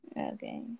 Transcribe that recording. okay